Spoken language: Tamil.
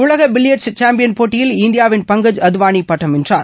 உலக பில்லியர்ட்ஸ் சேம்பியன் போட்டியில் இந்தியாவின் பங்கஜ் அத்வானி பட்டம் வென்றார்